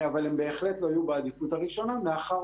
אבל הם בהחלט לא יהיו בעדיפות הראשונה מאחר